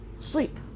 sleep